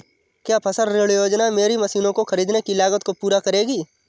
क्या फसल ऋण योजना मेरी मशीनों को ख़रीदने की लागत को पूरा करेगी?